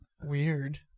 Weird